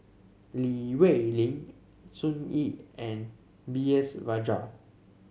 Li Rulin Sun Yee and B S Rajhans